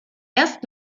erst